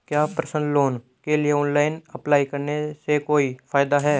क्या personal loan के लिए ऑनलाइन अप्लाई करने से कोई फायदा है?